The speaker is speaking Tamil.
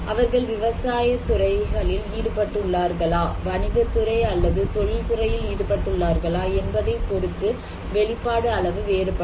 அவர்கள் விவசாயம் துறைகளில் ஈடுபட்டு உள்ளார்களா வணிகத்துறை அல்லது தொழில் துறையில் ஈடுபட்டு உள்ளார்களா என்பதைப் பொறுத்து வெளிப்பாடு அளவு வேறுபடும்